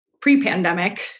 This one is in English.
pre-pandemic